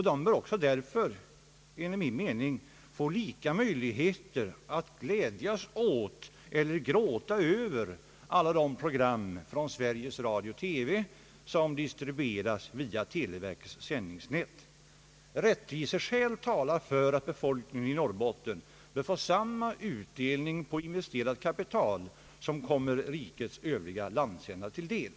De bör därför också få samma möjligheter att glädjas åt eller gråta över alla de program från Sveriges Radio-TV som distribueras via televerkets sändningsnät. Rättviseskäl talar för att befolkningen i Norrbotten bör få samma utdelning på investerat kapital som kommer rikets övriga landsändar till del.